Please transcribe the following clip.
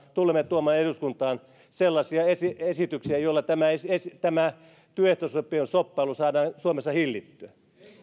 tulemme tuomaan eduskuntaan sellaisia esityksiä esityksiä joilla tämä työehtosopimusshoppailu saadaan suomessa hillittyä